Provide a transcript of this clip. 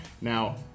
Now